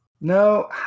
No